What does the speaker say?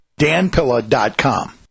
danpilla.com